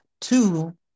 two